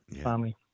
family